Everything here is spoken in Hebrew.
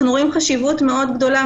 אנחנו רואים חשיבות מאוד גדולה,